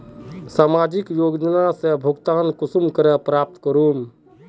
सामाजिक योजना से भुगतान कुंसम करे प्राप्त करूम?